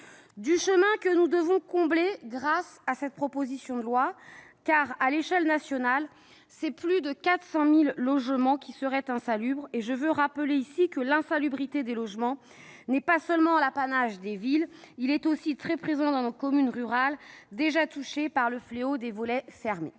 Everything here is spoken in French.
Du chemin que nous devons combler grâce à cette proposition de loi, car, à l'échelle nationale, plus de 400 000 logements seraient insalubres. Et je veux rappeler ici que l'insalubrité des logements n'est pas seulement l'apanage des villes : elle est aussi très présente dans nos communes rurales, déjà touchées par le fléau des « volets fermés